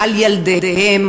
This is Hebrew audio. על ילדיהם,